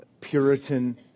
Puritan